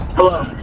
hello.